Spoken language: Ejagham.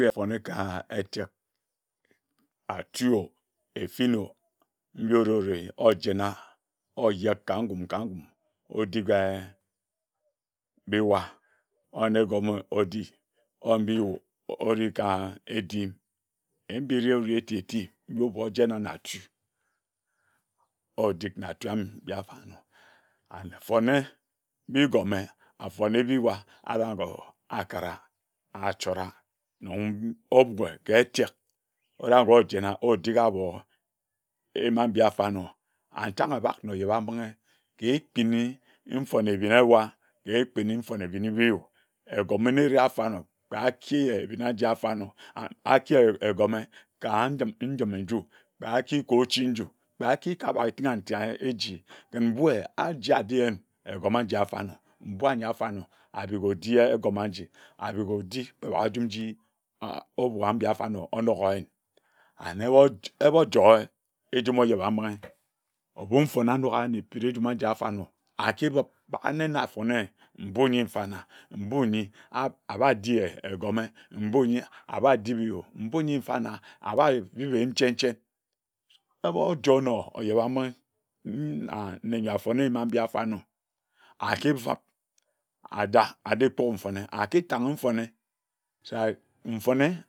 Fone ka etek atuo. efinooo mbi ore ore ojena ojek ka ngum ka ngum odige biwa oyin egome odi oyin mbiooo oreka edim mbiere ore eti eti nongho ojena natu odek natu amafanor and afone agome afone biwa areh agor akara achora non-owe ke etek erenor ojena odig abor ema mbi afarnor achang abak na ojebambinghe ka ekpini mfone ebin ewa ka ekpini mfon ebini woo egome nare afarnor kpe achiye ebina aji afarnor aki egome ka njim njime nju kpe aki kor ochi nju kpe aki kabage etinga nti eji ken mbue aji ajiyin egome aji afarnor mbui anyi afarnor aroko adie egome aji aroko di kpe baka nji nji obuka mbi afarnor onogor oyin ane ebor joer ejumo ojebambinghe ebu mfone anok ayin ekpiri njuma aji afarnor akibib bak ene na afone mbui nyi mfana mbui nyi aa abadie egome mbui nyi abadibiyo mbui nyi mfana ababiyin nche nche ebor jorno ojebambinghe mma nneyor afone mambi afarnor akifab aja ajitu mfone akitang mfone se mfone